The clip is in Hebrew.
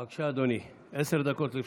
בבקשה, אדוני, עשר דקות לרשותך.